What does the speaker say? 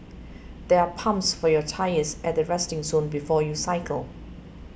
there are pumps for your tyres at the resting zone before you cycle